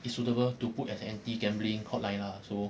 is suitable to put an anti gambling hotline lah so